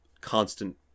constant